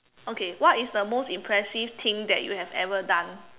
okay what is the most impressive thing that you have ever done